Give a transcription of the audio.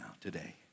today